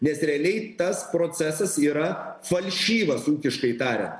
nes realiai tas procesas yra falšyvas ūkiškai tariant